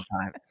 time